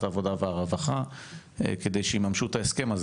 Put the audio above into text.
העבודה והרווחה כדי שיממשו את ההסכם,